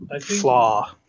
flaw